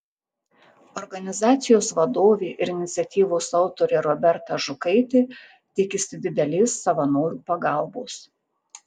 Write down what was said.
organizacijos vadovė ir iniciatyvos autorė roberta ažukaitė tikisi didelės savanorių pagalbos